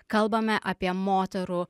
kalbame apie moterų